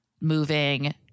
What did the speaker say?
moving